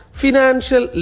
financial